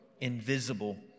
invisible